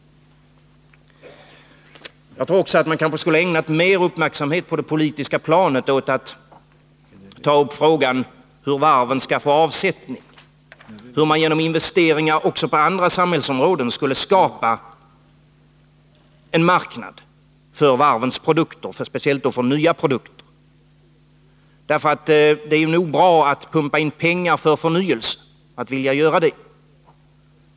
Jag tror också att man kanske borde ägnat mer uppmärksamhet på det politiska planet åt att ta upp frågan hur varven skall få avsättning för sina produkter, hur man genom investeringar också på andra samhällsområden skulle kunna skapa en marknad för varvens produkter och speciellt då för nya produkter. Det är nog bra att vilja pumpa in pengar för förnyelse.